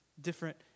different